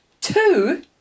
Two